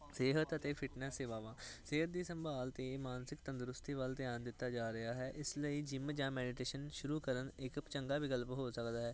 ਸਿਹਤ ਅਤੇ ਫਿਟਨੈਸ ਸੇਵਾਵਾਂ ਸਿਹਤ ਦੀ ਸੰਭਾਲ ਅਤੇ ਮਾਨਸਿਕ ਤੰਦਰੁਸਤੀ ਵੱਲ ਧਿਆਨ ਦਿੱਤਾ ਜਾ ਰਿਹਾ ਹੈ ਇਸ ਲਈ ਜਿੰਮ ਜਾਂ ਮੈਡੀਟੇਸ਼ਨ ਸ਼ੁਰੂ ਕਰਨ ਇੱਕ ਚੰਗਾ ਵਿਕਲਪ ਹੋ ਸਕਦਾ ਹੈ